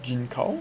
Gin Khao